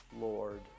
Lord